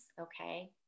okay